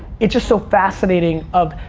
it's just so fascinating of,